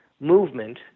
movement